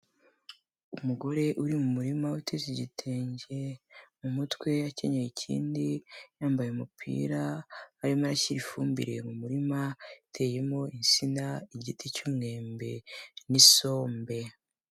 Umugore uri mu murima uteze igitenge mu mutwe, akenyeye ikindi yambaye umupira arimo arashyira ifumbire mu murima, uteyemo insina, igiti cy'umwembe n'isombe.